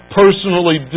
personally